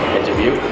interview